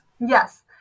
Yes